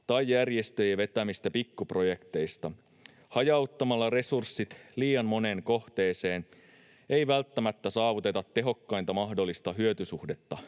tai järjestöjen vetämistä pikkuprojekteista? Hajauttamalla resurssit liian moneen kohteeseen ei välttämättä saavuteta tehokkainta mahdollista hyöty-suhdetta